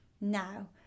now